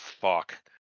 fuck